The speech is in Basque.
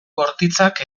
bortitzak